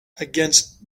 against